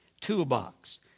toolbox